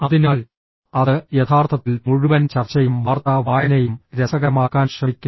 അതിനാൽ അത് യഥാർത്ഥത്തിൽ മുഴുവൻ ചർച്ചയും വാർത്താ വായനയും രസകരമാക്കാൻ ശ്രമിക്കുന്നു